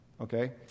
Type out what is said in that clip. okay